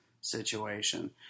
situation